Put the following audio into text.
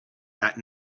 that